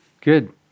good